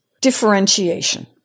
differentiation